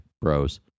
bros